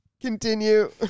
continue